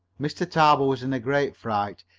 mr. tarbill was in a great fright.